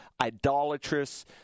idolatrous